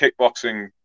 kickboxing